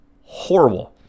horrible